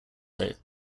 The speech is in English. though